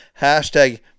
Hashtag